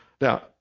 Now